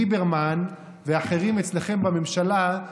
ליברמן ואחרים אצלכם בממשלה,